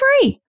free